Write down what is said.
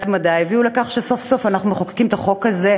וההתמדה הביאו לכך שסוף-סוף אנחנו מחוקקים את החוק הזה,